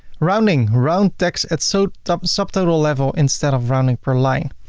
rounding round tax at so subtotal level instead of rounding per line.